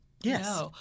yes